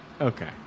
Okay